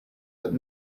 that